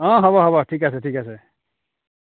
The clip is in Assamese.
হ'ব হ'ব ঠিক আছে ঠিক আছে